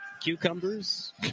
Cucumbers